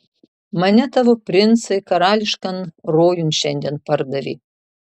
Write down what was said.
mane tavo princai karališkan rojun šiandien pardavė